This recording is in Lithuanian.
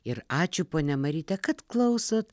ir ačiū ponia maryte kad klausot